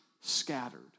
scattered